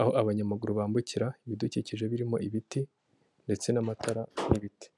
aho abanyamaguru bambukira, ibidukikije birimo ibiti ndetse n'amatara n'ibiti.